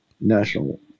national